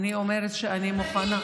אני אומרת שאני מוכנה.